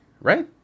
right